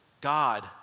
God